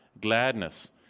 gladness